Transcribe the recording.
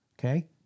Okay